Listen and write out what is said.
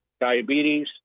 Diabetes